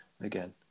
again